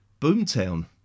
Boomtown